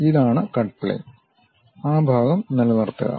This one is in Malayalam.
ഇതാണ് കട്ട് പ്ലെയിൻ ആ ഭാഗം നിലനിർത്തുക